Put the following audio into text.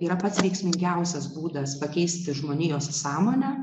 yra pats veiksmingiausias būdas pakeisti žmonijos sąmonę